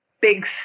big